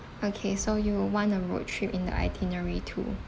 okay so you would want a road trip in the itinerary too